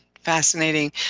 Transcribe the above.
Fascinating